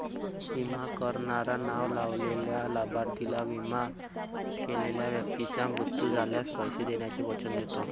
विमा करणारा नाव लावलेल्या लाभार्थीला, विमा केलेल्या व्यक्तीचा मृत्यू झाल्यास, पैसे देण्याचे वचन देतो